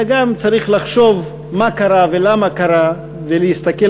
אלא גם צריך לחשוב מה קרה ולמה קרה ולהסתכל